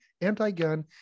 anti-gun